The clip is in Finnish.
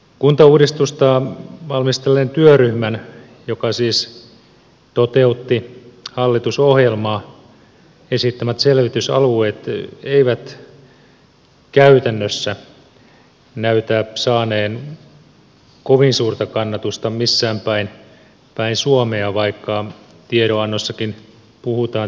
kuntauudistusta valmistelleen työryhmän joka siis toteutti hallitusohjelmaa esittämät selvitysalueet eivät käytännössä näytä saaneen kovin suurta kannatusta missään päin suomea vaikka tiedonannossakin puhutaan tietyistä prosenttimääristä